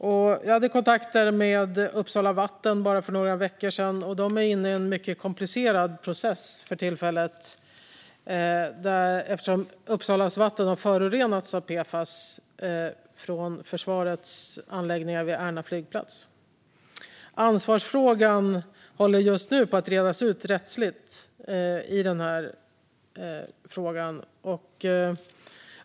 Jag hade kontakter med Uppsala vatten för bara några veckor sedan. De är för tillfället inne i en mycket komplicerad process eftersom Uppsalas vatten har förorenats av PFAS från försvarets anläggningar vid Ärna flygplats. Ansvarsfrågan håller just nu på att redas ut rättsligt.